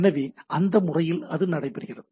எனவே இந்த முறையில் அது நடைபெறுகிறது